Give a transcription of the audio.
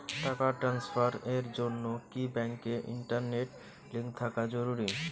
টাকা ট্রানস্ফারস এর জন্য কি ব্যাংকে ইন্টারনেট লিংঙ্ক থাকা জরুরি?